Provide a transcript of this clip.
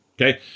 Okay